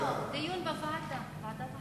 לא לא, דיון בוועדה, בוועדת החינוך.